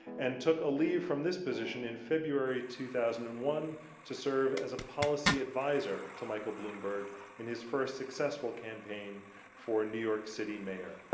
and took a leave from this position in february two thousand and one to serve as a policy advisor to michael bloomberg in his first successful campaign for new york city mayor.